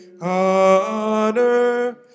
honor